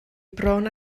bron